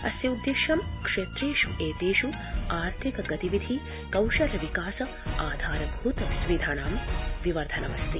अस्योद्देशं क्षेत्रेष् एतेष् आर्थिक गतिविधि कौशल विकास आधारभूत सुविधानां विवर्धनम् अस्ति